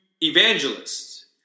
evangelists